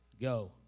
go